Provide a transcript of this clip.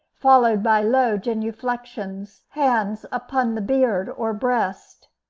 followed by low genuflections, hands upon the beard or breast.